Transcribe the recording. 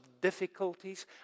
difficulties